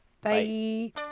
Bye